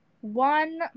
One